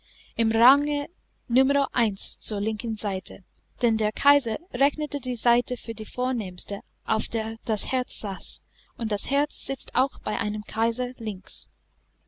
im range numero eins zur linken seite denn der kaiser rechnete die seite für die vornehmste auf der das herz saß und das herz sitzt auch bei einem kaiser links